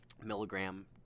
milligram